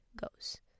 goes